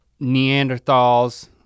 Neanderthals